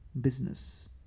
business